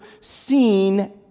seen